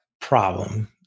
problem